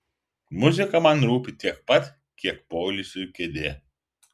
muzika man rūpi tiek pat kiek poilsiui kėdė